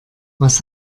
was